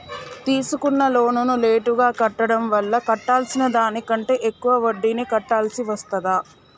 తీసుకున్న లోనును లేటుగా కట్టడం వల్ల కట్టాల్సిన దానికంటే ఎక్కువ వడ్డీని కట్టాల్సి వస్తదా?